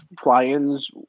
fly-ins